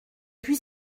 puis